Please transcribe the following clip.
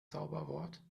zauberwort